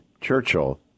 Churchill